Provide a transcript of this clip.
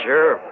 Sure